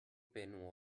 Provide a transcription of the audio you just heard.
pen